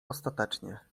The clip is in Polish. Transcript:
ostatecznie